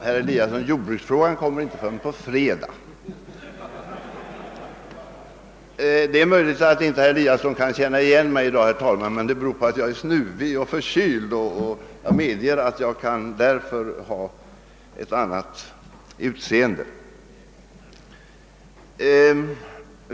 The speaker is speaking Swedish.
Herr talman! Jordbruksfrågan kommer inte upp förrän på fredag, herr Eliasson i Sundborn. Det är möjligt att herr Eliasson inte kan känna igen mig i dag, men det beror på att jag är förkyld; jag medger att jag därför kan ha ett annat utseende.